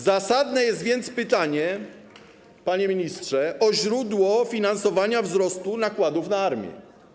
Zasadne jest więc pytanie, panie ministrze, o źródło finansowania wzrostu nakładów na armię.